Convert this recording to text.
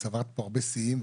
שצברת כאן הרבה שיאים,